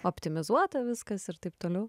optimizuota viskas ir taip toliau